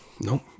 Nope